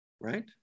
right